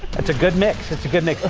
it's a good mix. it's a good mix,